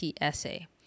essay